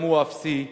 גם בהם הוא אפסי,